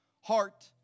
heart